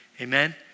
Amen